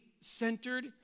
centered